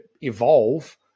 evolve